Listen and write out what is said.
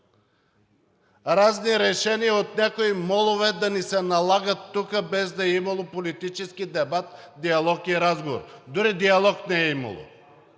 разни решения от някои молове да ни се налагат тук, без да е имало политически дебат, диалог и разговор, а дори диалог не е имало!